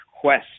quest